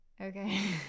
Okay